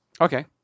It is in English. Okay